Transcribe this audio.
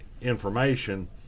information